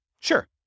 Sure